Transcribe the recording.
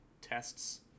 tests